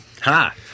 Ha